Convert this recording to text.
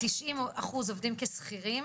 90% עובדים כשכירים